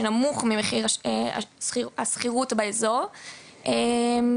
מחיר שנמוך ממחירי השכירות באזור ויחד